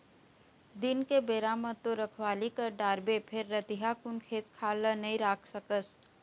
दिन के बेरा म तो रखवाली कर डारबे फेर रतिहा कुन खेत खार ल नइ राख सकस